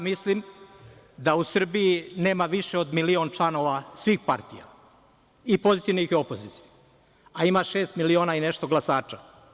Mislim da u Srbiji nema više od milion članova svih partija i pozicionih i opozicionih, a ima šest miliona i nešto glasača.